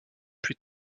plus